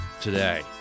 today